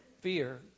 fear